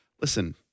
Listen